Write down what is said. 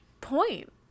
point